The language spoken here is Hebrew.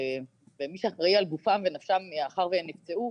ומי שאחרי על גופם ונפשם ומאחר והם נפצעו,